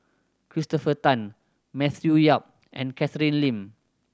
Christopher Tan Matthew Yap and Catherine Lim